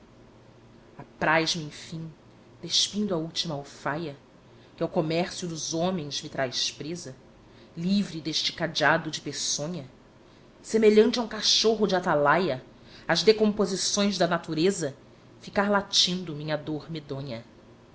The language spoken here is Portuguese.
apraz me enfim despindo a última alfaia que ao comércio dos homens me traz presa livre deste cadeado de peçonha semelhante a um cachorro de atalaia às decomposições da natureza ficar latindo minha dor medonha